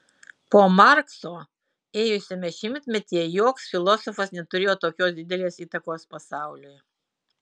po markso ėjusiame šimtmetyje joks filosofas neturėjo tokios didelės įtakos pasauliui